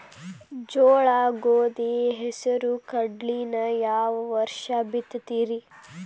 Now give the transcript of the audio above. ಜೋಳ, ಗೋಧಿ, ಹೆಸರು, ಕಡ್ಲಿನ ಯಾವ ವರ್ಷ ಬಿತ್ತತಿರಿ?